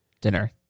dinner